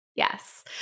Yes